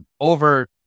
over